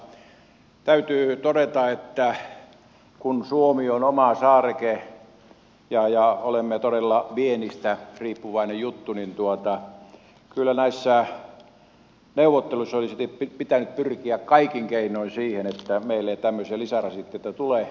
mutta täytyy todeta että kun suomi on oma saareke ja olemme todella viennistä riippuvaisia niin kyllä näissä neuvotteluissa olisi pitänyt pyrkiä kaikin keinoin siihen että meidän vientiteollisuudelle ei tämmöisiä lisärasitteita tule